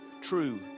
true